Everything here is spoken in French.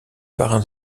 parrain